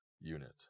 unit